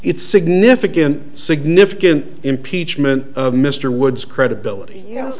it's significant significant impeachment of mr wood's credibility